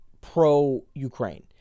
pro-Ukraine